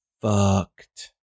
fucked